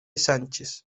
sánchez